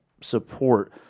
support